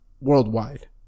worldwide